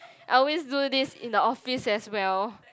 I always do this in the office as well